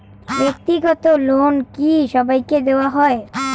ব্যাক্তিগত লোন কি সবাইকে দেওয়া হয়?